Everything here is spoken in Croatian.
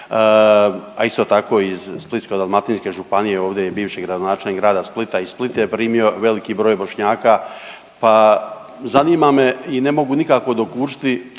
a isto tako iz Splitsko-dalmatinske županije, ovdje je bivši gradonačelnik grada Splita i Split je primio veliki broj Bošnjaka pa zanima me i ne mogu nikako dokučiti,